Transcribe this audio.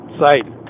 site